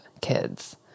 kids